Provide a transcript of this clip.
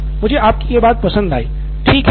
बहुत अच्छा मुझे आपकी यह बात पसंद आई